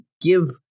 give